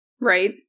Right